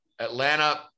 Atlanta